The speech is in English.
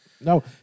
No